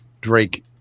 Drake